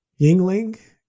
Yingling